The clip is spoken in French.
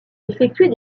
effectuer